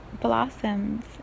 blossoms